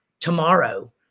tomorrow